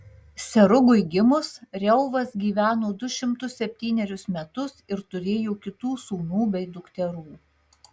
serugui gimus reuvas gyveno du šimtus septynerius metus ir turėjo kitų sūnų bei dukterų